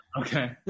Okay